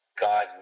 God